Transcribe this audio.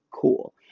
cool